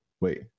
wait